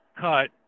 cut